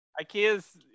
Ikea's